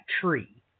tree